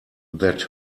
that